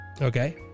Okay